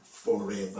forever